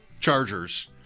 Chargers